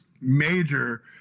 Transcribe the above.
major